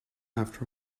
after